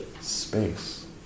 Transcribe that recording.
Space